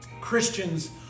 Christians